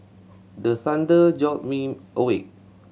the thunder jolt me awake